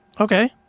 Okay